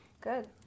good